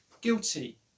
guilty